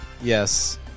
Yes